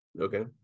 Okay